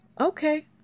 Okay